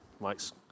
mic's